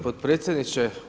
potpredsjedniče.